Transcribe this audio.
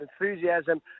enthusiasm